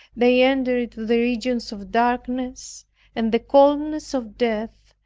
they enter into the regions of darkness and the coldness of death,